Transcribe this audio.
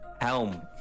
Helm